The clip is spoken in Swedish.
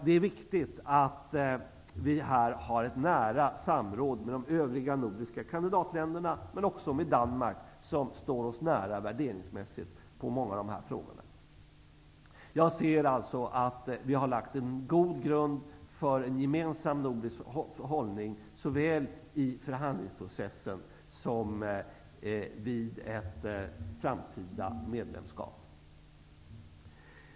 Det är viktigt att vi här har ett nära samråd med de övriga nordiska kandidatländerna, men också med Danmark, som står oss nära värderingsmässigt i många av dessa frågor. Jag ser alltså att vi har lagt en god grund för en gemensam nordisk hållning såväl i förhandlingsprocessen som vid ett framtida medlemskap.